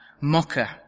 mocker